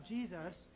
Jesus